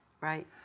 Right